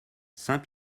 saint